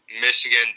Michigan